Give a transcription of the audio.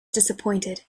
disappointed